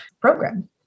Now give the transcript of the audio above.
program